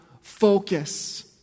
focus